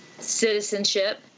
citizenship